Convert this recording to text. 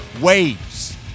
Waves